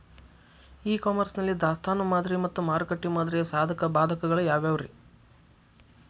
E commerce ನಲ್ಲಿ ದಾಸ್ತಾನು ಮಾದರಿ ಮತ್ತ ಮಾರುಕಟ್ಟೆ ಮಾದರಿಯ ಸಾಧಕ ಬಾಧಕಗಳ ಯಾವವುರೇ?